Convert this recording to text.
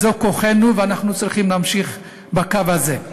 זה כוחנו ואנחנו צריכים להמשיך בקו הזה.